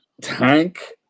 Tank